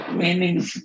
meanings